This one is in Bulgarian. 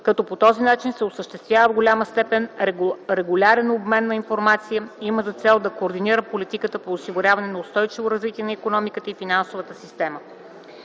като по този начин се осъществява в голяма степен регулярен обмен на информация, има за цел да координира политиката по осигуряване на устойчиво развитие на икономиката и финансовата система.